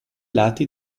lati